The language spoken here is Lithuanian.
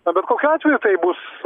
na bet kokiu atveju tai bus